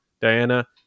Diana